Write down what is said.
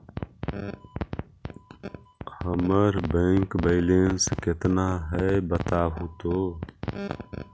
हमर bank balance केतना है बताहु तो?